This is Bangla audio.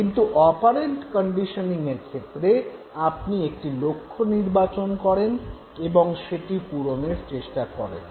কিন্তু অপারেন্ট কন্ডিশনিঙের ক্ষেত্রে আপনি একটি লক্ষ্য নির্বাচন করেন এবং সেটি পূরণের চেষ্টা করেন